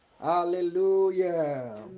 Hallelujah